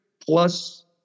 plus